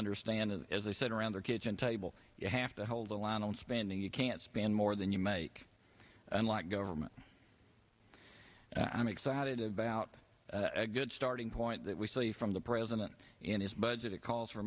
understand as i said around the kitchen table you have to hold the line on spending you can't spend more than you make unlike government and i'm excited about a good starting point that we see from the president in his budget calls